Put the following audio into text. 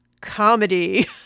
comedy